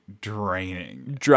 draining